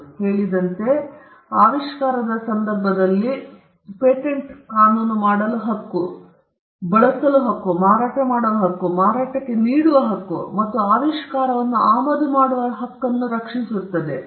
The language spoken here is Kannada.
ನಾನು ಹೇಳಿದಂತೆ ಆವಿಷ್ಕಾರದ ಸಂದರ್ಭದಲ್ಲಿ ಪೇಟೆಂಟ್ ಕಾನೂನು ಮಾಡಲು ಹಕ್ಕು ಬಳಸಲು ಹಕ್ಕನ್ನು ಮಾರಾಟ ಮಾಡುವ ಹಕ್ಕನ್ನು ಮಾರಾಟಕ್ಕೆ ನೀಡುವ ಹಕ್ಕನ್ನು ಮತ್ತು ಆವಿಷ್ಕಾರವನ್ನು ಆಮದು ಮಾಡುವ ಹಕ್ಕನ್ನು ರಕ್ಷಿಸುತ್ತದೆ